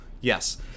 Yes